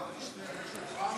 מה תשתה, משהו חם?